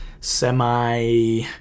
semi